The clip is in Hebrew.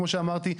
כמו שאמרתי,